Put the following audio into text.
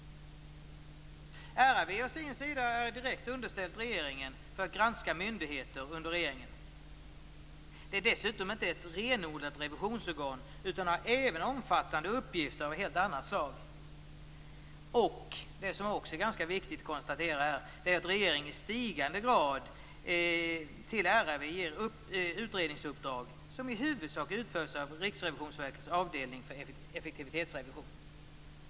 RRV å sin sida är direkt underställt regeringen för att granska myndigheter under regeringen. Det är dessutom inte ett renodlat revisionsorgan utan har även omfattande uppgifter av helt annat slag. Det som också är ganska viktigt att konstatera här är att regeringen i stigande grad till RRV ger utredningsuppdrag som i huvudsak utförs av Riksrevisionsverkets avdelning för effektivitetsrevision.